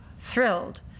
thrilled